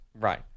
Right